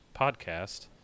podcast